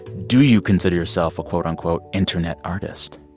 do you consider yourself a, quote-unquote, internet artist?